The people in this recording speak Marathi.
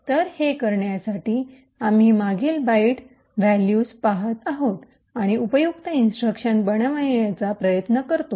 तर हे करण्यासाठी आम्ही मागील बाइट व्हॅल्यूज पहात आहोत आणि उपयुक्त इंस्ट्रक्शन बनवण्याचा प्रयत्न करतो